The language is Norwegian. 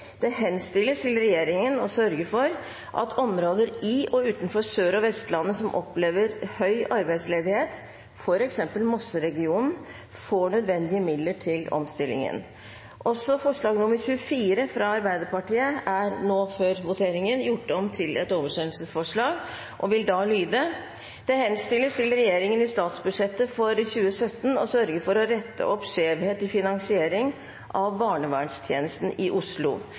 «Det henstilles til regjeringen å sørge for at områder i og utenfor Sør- og Vestlandet som opplever høy arbeidsledighet, for eksempel Mosseregionen, får nødvendige midler til omstilling og sysselsettingstiltak.» Også forslag nr. 24, fra Arbeiderpartiet, er nå før voteringen gjort om til et oversendelsesforslag og vil da lyde: «Det henstilles til regjeringen i statsbudsjettet for 2017 å sørge for å rette opp skjevhet i finansiering av barnevernstjenesten i Oslo.»